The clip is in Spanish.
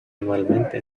anualmente